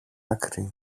άκρη